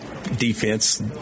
defense